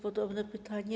Podobne pytanie.